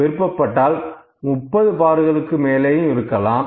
விருப்பப்பட்டால் 30 பார்களுக்கு மேலேயும் போகலாம்